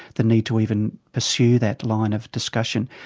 the need to even pursue that line of discussion.